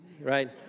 right